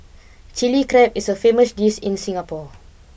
Chilli Crab is a famous dish in Singapore